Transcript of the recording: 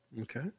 Okay